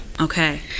Okay